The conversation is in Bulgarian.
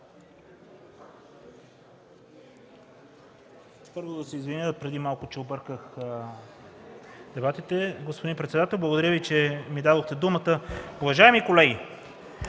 първо, да се извиня, че преди малко обърках дебатите. Господин председател, благодаря Ви, че ми дадохте думата. Уважаеми колеги,